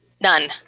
none